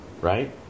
right